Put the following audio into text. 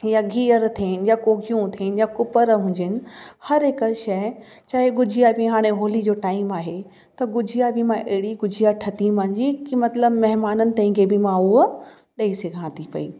या गिहर थियनि या कोकियूं थियनि या कुपर हुजनि हरहिक शइ चाहे गुजिया बि हाणे होली जो टाइम आहे त गुजिया बि मां अहिड़ी गुजिया ठाही मुंहिंजी कि मतिलबबु महिमानि ताईं खे बि मां उहो ॾेई सघां थी पई